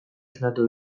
esnatu